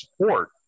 support